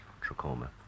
trachoma